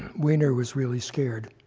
wiener was really scared,